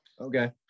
okay